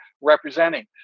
representing